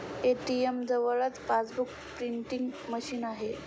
ATM जवळच passbook printing machine आहे